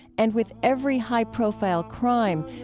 and with every high-profile crime,